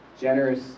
generous